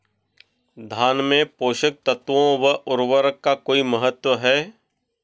धान में पोषक तत्वों व उर्वरक का कोई महत्व है?